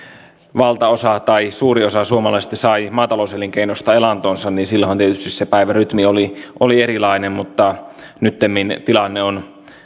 valtaosa tai suuri osa suomalaisista sai maatalouselinkeinosta elantonsa silloinhan tietysti se päivärytmi oli oli erilainen mutta nyttemmin tilanne on